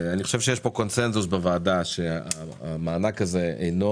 אני חושב שיש פה קונצנזוס בוועדה שהמענק הזה הוא לא